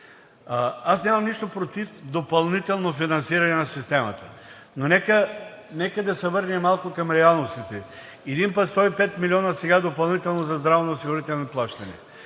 Аз нямам нищо против допълнително финансиране на системата, но нека да се върнем малко към реалностите. Един път 105 милиона сега допълнително за здравноосигурителни плащания.